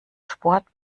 sport